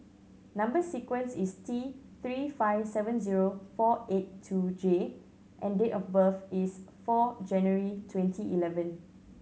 number sequence is T Three five seven zero four eight two J and date of birth is four January twenty eleven